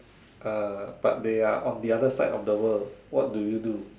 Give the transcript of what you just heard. uh but they are on the other side of the world what do you do